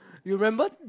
you remember